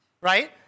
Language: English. right